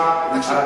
אתה